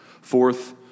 Fourth